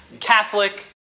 Catholic